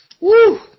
Woo